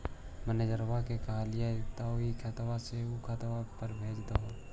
मैनेजरवा के कहलिऐ तौ ई खतवा से ऊ खातवा पर भेज देहै?